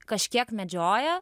kažkiek medžioja